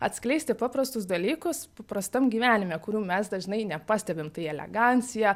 atskleisti paprastus dalykus paprastam gyvenime kurių mes dažnai nepastebim tai elegancija